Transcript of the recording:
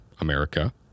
America